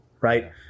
right